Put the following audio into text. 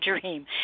dream